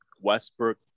Westbrook